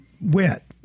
wet